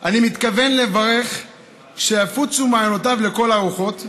אני מתכוון לברך שיפוצו מעיינותיו לכל הרוחות,